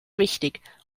wichtig